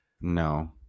No